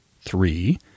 three